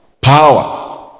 power